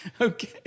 okay